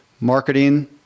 marketing